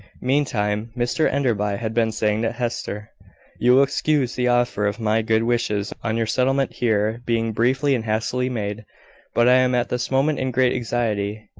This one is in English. meantime, mr enderby had been saying to hester you will excuse the offer of my good wishes on your settlement here being briefly and hastily made but i am at this moment in great anxiety.